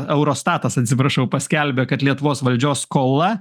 eurostatas atsiprašau paskelbė kad lietuvos valdžios skola